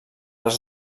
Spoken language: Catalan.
els